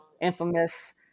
infamous